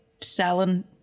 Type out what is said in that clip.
selling